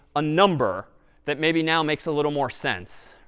a number that maybe now makes a little more sense?